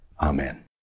Amen